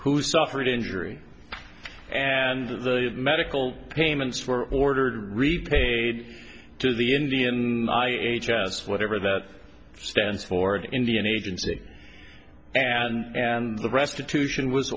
who suffered injury and the medical payments for ordered paid to the indian h s whatever that stands for indian agency and the restitution was